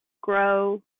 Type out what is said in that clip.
grow